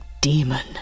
demon